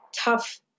tough